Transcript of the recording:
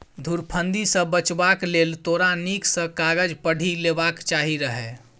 धुरफंदी सँ बचबाक लेल तोरा नीक सँ कागज पढ़ि लेबाक चाही रहय